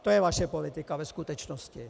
To je vaše politika ve skutečnosti!